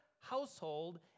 household